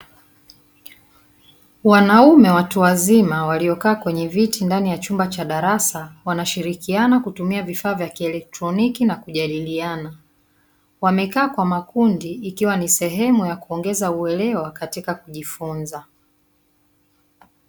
Wanaume watu wazima walio kaa kwenye viti ndani ya chumba cha darasa, wanashirikiana kutumia vifaa vya kielektroniki na kujadiliana, wamekaa kwa makundi ikiwa ni sehemu ya kuongeza uelewa katika kujifunza.